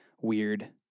weird